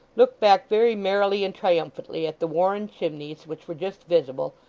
looked back very merrily and triumphantly at the warren chimneys, which were just visible,